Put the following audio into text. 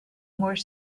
more